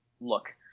look